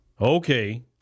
Okay